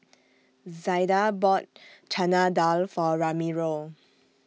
Zaida bought Chana Dal For Ramiro